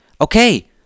Okay